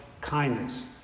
kindness